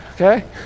Okay